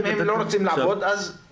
אם הם לא רוצים לעבוד אז, כן.